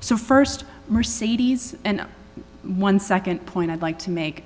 so st mercedes and one second point i'd like to make